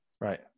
Right